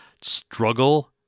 struggle